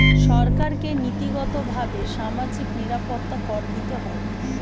সরকারকে নীতিগতভাবে সামাজিক নিরাপত্তা কর দিতে হয়